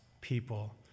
people